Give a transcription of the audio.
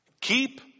keep